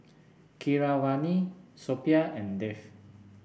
Keeravani Suppiah and Dev